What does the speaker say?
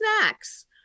snacks